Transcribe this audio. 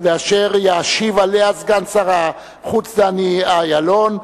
ואשר ישיב עליהן סגן שר החוץ דני אילון,